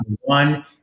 one